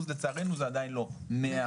לצערנו זה עדיין לא 100%,